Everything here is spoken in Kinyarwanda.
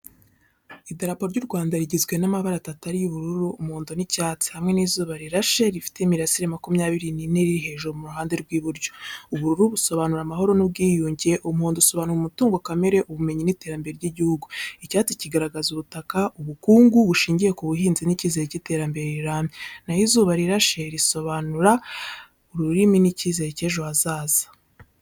Idarapo ry’u Rwanda rigizwe n’amabara atatu ariyo ubururu, umuhondo n’icyatsi, hamwe n’izuba rirashe rifite imirasire makumyabiri nine riri hejuru mu ruhande rw’iburyo. Ubururu busobanura amahoro n’ubwiyunge, umuhondo usobanura umutungo kamere, ubumenyi n’iterambere ry’igihugu, icyatsi kigaragaza ubutaka, ubukungu bushingiye ku buhinzi n’icyizere cy’iterambere rirambye, na ho izuba rirashe ryo hejuru risobanura urumuri n’icyizere cy’ejo hazaza.